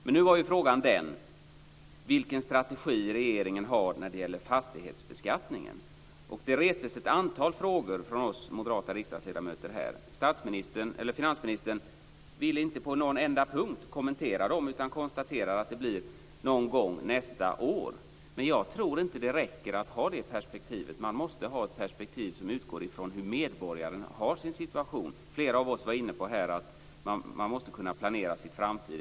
Men nu var ju frågan vilken strategi regeringen har när det gäller fastighetsbeskattningen. Det restes ett antal frågor från oss moderata riksdagsledamöter här. Finansministern ville inte på någon enda punkt kommentera dem, utan konstaterade att utredningarna blir klara någon gång nästa år. Men jag tror inte att det räcker att ha det perspektivet, utan man måste ha ett perspektiv som utgår från medborgarens situation. Flera av oss var här inne på att man måste kunna planera sin framtid.